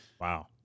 Wow